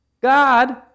God